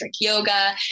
yoga